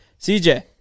CJ